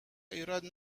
ایراد